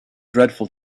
dreadful